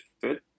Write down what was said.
fit